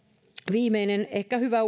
viimeinen ehkä hyvä